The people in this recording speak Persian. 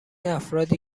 افرادی